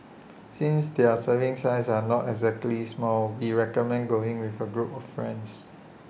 since their serving sizes are not exactly small we recommend going with A group of friends